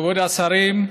כבוד השרים,